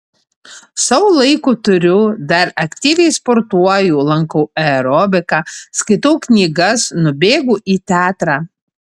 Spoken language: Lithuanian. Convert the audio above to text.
sau laiko turiu dar aktyviai sportuoju lankau aerobiką skaitau knygas nubėgu į teatrą